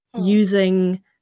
using